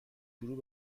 شروع